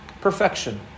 Perfection